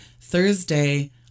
Thursday